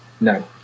No